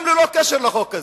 גם ללא קשר לחוק הזה.